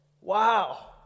Wow